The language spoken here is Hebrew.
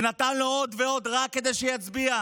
והוא נתן לו עוד ועוד רק כדי שיצביע,